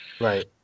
right